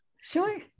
Sure